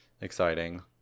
exciting